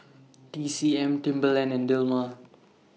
T C M Timberland and Dilmah